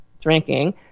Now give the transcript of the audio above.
drinking